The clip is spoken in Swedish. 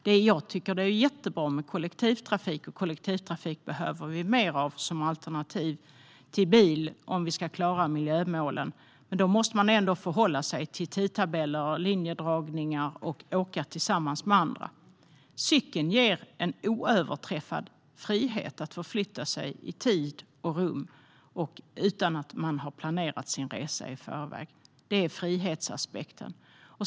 Det är mycket bra med kollektivtrafik, och vi behöver mer kollektivtrafik som alternativ till bil om miljömålen ska klaras. Men då måste vi ändå förhålla oss till tidtabeller, linjedragningar och att åka tillsammans med andra. Cykeln ger en oöverträffad frihet att förflytta sig i tid och rum utan att ha planerat sin resa i förväg. Det är frihetsaspekten.